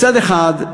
מצד אחד,